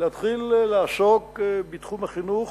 להתחיל לעסוק בתחום החינוך